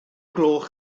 gloch